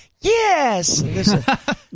yes